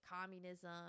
communism